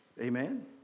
Amen